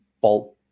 bolt